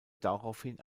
daraufhin